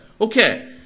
Okay